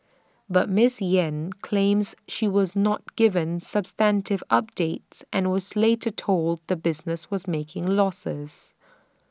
but miss Yen claims she was not given substantive updates and was later told the business was making losses